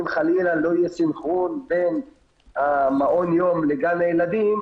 אם חלילה לא יהיה סנכרון בין המעון יום לגן הילדים,